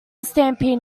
stampede